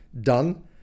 done